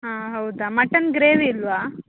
ಹಾಂ ಹೌದಾ mutton gravy ಇಲ್ಲವಾ